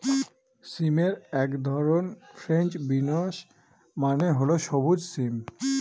সিমের এক ধরন ফ্রেঞ্চ বিনস মানে হল সবুজ সিম